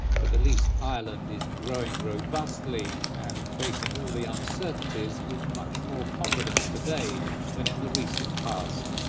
but at least ireland is growing robustly and facing all the uncertainties with much more confidence today than in the recent past.